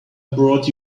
brought